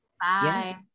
Bye